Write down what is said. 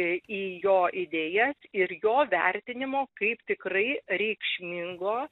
į jo idėjas ir jo vertinimo kaip tikrai reikšmingo